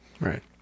right